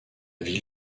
ville